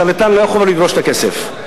שרלטן לא יכול לדרוש את הכסף.